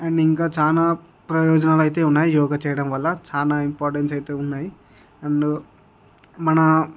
and ఇంకా చాలా ప్రయోజనాలు అయితే ఉన్నాయి యోగా చెయ్యడం వల్ల చాలా ఇంపార్టన్స్ అయితే ఉన్నాయి అండ్ మన